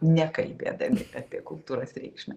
nekalbėdami apie kultūros reikšmę